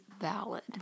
valid